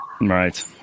Right